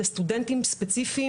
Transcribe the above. לסטודנטים ספציפיים.